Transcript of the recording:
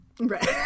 right